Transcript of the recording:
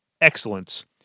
Excellence